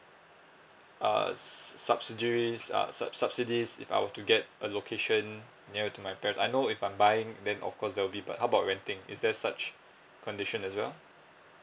uh s~ subsidiaries err sub~ subsidies if I were to get a location near to my parents I know if I'm buying then of course there will be but how about renting is there such condition as well